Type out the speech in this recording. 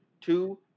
two